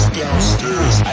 downstairs